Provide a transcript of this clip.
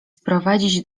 sprowadzić